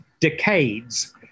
decades